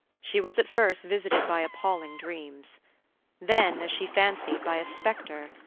she was at first visited by appalling dreams then, as she fancied, by a specter,